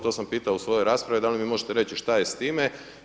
To sam pitao u svojoj raspravi, da li mi možete reći što je s time?